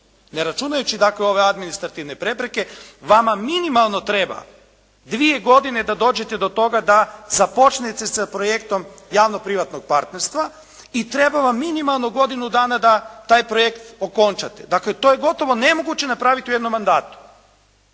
Ne računajući dakle ove administrativne prepreke vama minimalno treba dvije godine da dođete do toga da započnete sa projektom javno-privatnog partnerstva i treba vam minimalno godinu dana da taj projekt okončate. Dakle to je gotovo nemoguće napraviti u jednom mandatu.